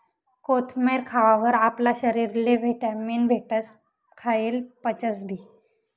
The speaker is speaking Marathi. कोथमेर खावावर आपला शरीरले व्हिटॅमीन भेटस, खायेल पचसबी